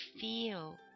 feel